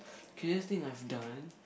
craziest thing I've done